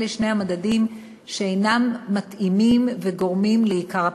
אלה שני המדדים שאינם מתאימים וגורמים לעיקר הפערים,